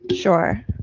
sure